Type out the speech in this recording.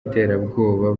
w’iterabwoba